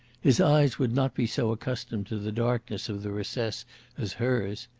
his eyes would not be so accustomed to the darkness of the recess as hers.